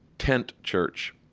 tent church.